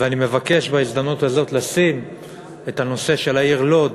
ואני מבקש בהזדמנות הזאת לשים את הנושא של העיר לוד,